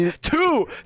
two